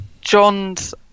john's